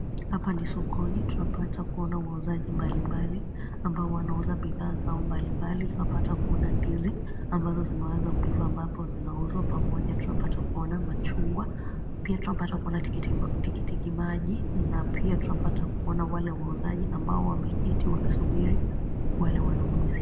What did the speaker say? Hapa ni sokoni, tunapata kuona wauzaji mbalimbali ambao wanauza bidhaa zao mbalimbali, tunapata kuona ndizi ambazo zimeweza kuiva ambapo zinauzwa, pamoja tunapata kuona machungwa, pia tunapata kuona tikitiki maji na pia tunapata kuona wale wauzaji ambao wameketi wakisubiri wale wanunuzi.